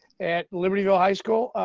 at libertyville high school,